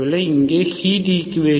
இங்கே ஹீட் ஈக்குவேஷனின்